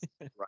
right